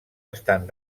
estan